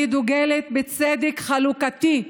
אני דוגלת בצדק חלוקתי.